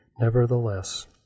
nevertheless